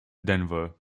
denver